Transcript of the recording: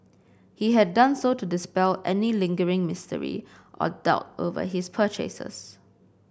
he had done so to dispel any lingering mystery or doubt over his purchases